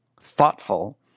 thoughtful